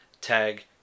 Tag